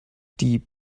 die